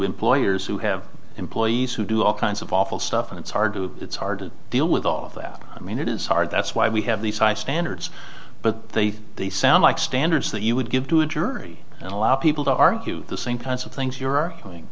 employers who have employees who do all kinds of awful stuff and it's hard to it's hard to deal with all of that i mean it is hard that's why we have these high standards but they sound like standards that you would give to a jury and allow people to argue the same kinds of things you're doing